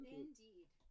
indeed